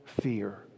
fear